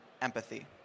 empathy